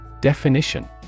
Definition